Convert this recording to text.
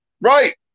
Right